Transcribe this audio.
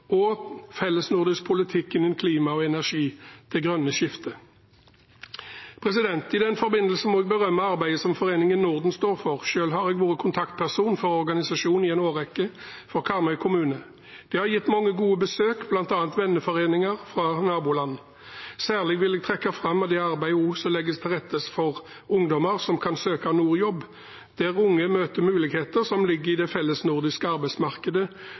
og fellesnordisk politikk innen klima og energi, det grønne skiftet. I den forbindelse må jeg berømme arbeidet som Foreningen Norden står for. Selv har jeg vært kontaktperson for organisasjonen i en årrekke, for Karmøy kommune. Det har gitt mange gode besøk, bl.a. venneforeninger fra naboland. Særlig vil jeg trekke fram det arbeidet som også legges til rette for ungdommer som kan søke Nordjobb, der unge møter muligheter som ligger i det fellesnordiske arbeidsmarkedet.